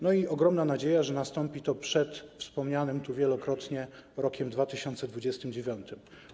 Mamy ogromną nadzieję, że nastąpi to przed wspomnianym tu wielokrotnie rokiem 2029.